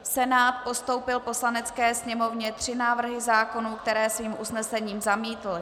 Senát postoupil Poslanecké sněmovně tři návrhy zákonů, které svým usnesením zamítl.